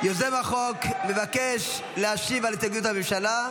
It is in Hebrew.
יוזם החוק מבקש להשיב על הסתייגות הממשלה.